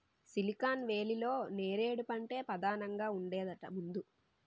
silicon వేలీలో నేరేడు పంటే పదానంగా ఉండేదట ముందు